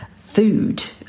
food